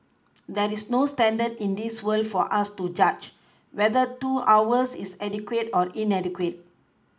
there is no standards in this world for us to judge whether two hours is adequate or inadequate